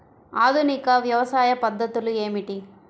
ఆధునిక వ్యవసాయ పద్ధతులు ఏమిటి?